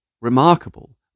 remarkable